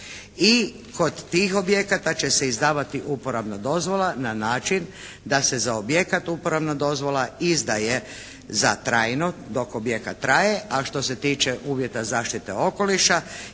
I kod tih objekata će se izdavati uporabna dozvola na način da se za objekat uporabna dozvola izdaje za trajno dok objekat traje, a što se tiče uvjeta zaštite okoliša